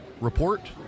report